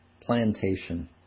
Plantation